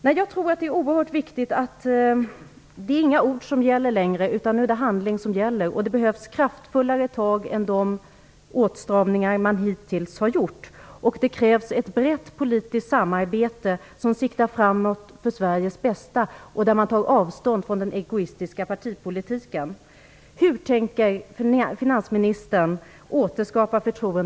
Nu är det inte ord utan handling som gäller. Jag tror att det är oerhört viktigt. Det behövs kraftfullare tag än de åtstramningar man hittills har gjort. Det krävs ett brett politiskt samarbete som siktar framåt för Sveriges bästa och där man tar avstånd från den egoistiska partipolitiken.